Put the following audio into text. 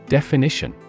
Definition